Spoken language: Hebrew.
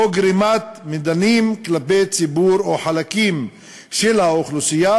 או גרימת מדנים כלפי ציבור או חלקים של האוכלוסייה,